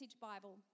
Bible